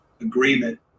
agreement